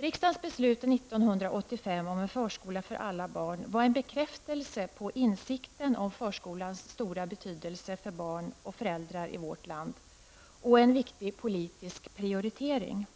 Riksdagens beslut 1985 om ''en förskola för alla barn'' var en bekräftelse på insikten om förskolans stora betydelse för barn och föräldrar i vårt land -- och en viktig politisk prioritering.